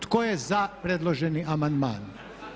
Tko je za predloženi amandman?